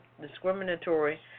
discriminatory